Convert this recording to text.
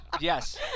Yes